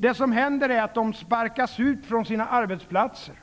Det som händer är att de sparkas ut från sina arbetsplatser,